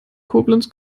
koblenz